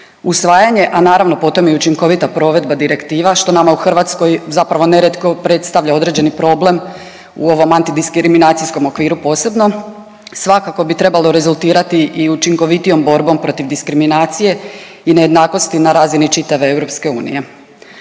Usvajanje, a naravno potom i učinkovita provedba direktiva što nama u Hrvatskoj zapravo nerijetko predstavlja određeni problem u ovom antidiskriminacijskom okviru posebno, svakako bi trebalo rezultirati i učinkovitijom borbom protiv diskriminacije i nejednakosti na razini čitave EU.